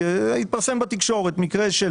התפרסם בתקשורת מקרה של